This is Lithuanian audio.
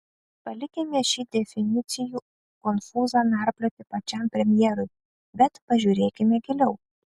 palikime šį definicijų konfūzą narplioti pačiam premjerui bet pažiūrėkime giliau